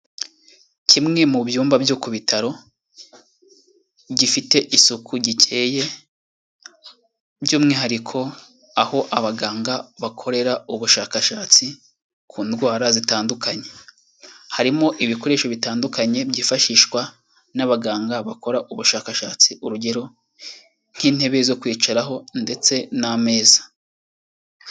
Kimwe mu byumba byo ku bitaro, gifite isuku gikeye by'umwihariko aho abaganga bakorera ubushakashatsi ku ndwara zitandukanye, harimo ibikoresho bitandukanye byifashishwa n'abaganga bakora ubushakashatsi urugero nk'intebe zo kwicaraho ndetse n'ameza.